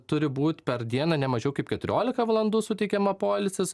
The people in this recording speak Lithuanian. turi būt per dieną nemažiau kaip keturiolika valandų suteikiama poilsis